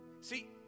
See